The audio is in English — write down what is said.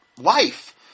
life